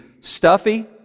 stuffy